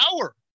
power